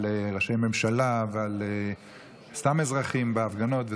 על ראשי ממשלה ועל סתם אזרחים בהפגנות,